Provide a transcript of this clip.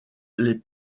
les